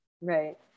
right